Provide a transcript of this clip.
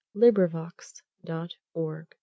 LibriVox.org